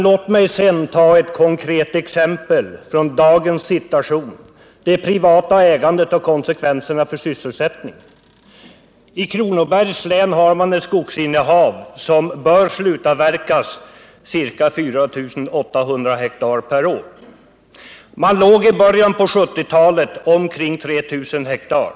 Låt mig sedan ta ett konkret exempel för att visa det privata ägandets konsekvenser för sysselsättningen. I Kronobergs län har man ett skogsinnehav som bör avverkas med ca 4 800 hektar per år. I början av 1970-talet låg man på omkring 3 000 hektar.